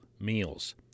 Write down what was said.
meals